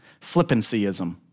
flippancyism